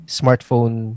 smartphone